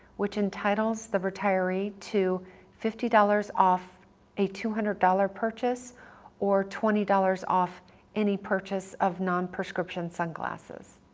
which entitles the retiree to fifty dollars off a two hundred dollars purchase or twenty dollars off any purchase of non-prescription sunglasses.